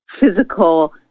physical